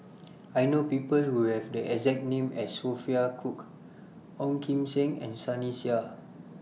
I know People Who Have The exact name as Sophia Cooke Ong Kim Seng and Sunny Sia